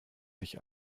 sich